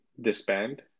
disband